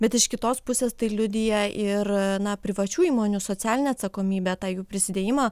bet iš kitos pusės tai liudija ir na privačių įmonių socialinę atsakomybę tą jų prisidėjimą